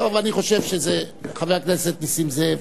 טוב, אני חושב שזה, חבר הכנסת נסים זאב.